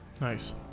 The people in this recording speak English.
Nice